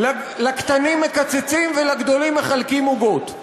לקטנים מקצצים ולגדולים מחלקים עוגות.